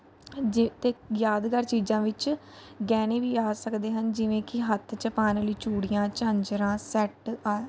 ਜੇ ਤੇ ਯਾਦਗਾਰ ਚੀਜ਼ਾਂ ਵਿੱਚ ਗਹਿਣੇ ਵੀ ਆ ਸਕਦੇ ਹਨ ਜਿਵੇਂ ਕਿ ਹੱਥ 'ਚ ਪਾਉਣ ਵਾਲੀ ਚੂੜੀਆਂ ਝਾਂਜਰਾਂ ਸੈਟ ਆ